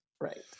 Right